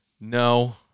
No